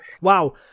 Wow